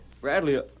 Bradley